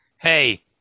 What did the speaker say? Hey